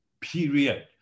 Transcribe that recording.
period